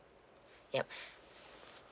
yup